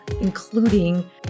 including